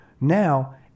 Now